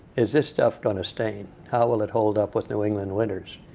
is this stuff going to stain? how will it hold up with new england winters?